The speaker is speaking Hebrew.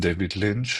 דייוויד לינץ',